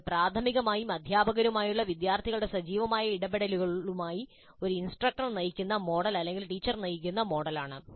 ഇത് പ്രാഥമികമായി അധ്യാപകരുമായുള്ള വിദ്യാർത്ഥികളുടെ സജീവമായ ഇടപെടലുമായി ഒരു ഇൻസ്ട്രക്ടർ നയിക്കുന്ന മോഡൽ അല്ലെങ്കിൽ ടീച്ചർ നയിക്കുന്ന മോഡലാണ്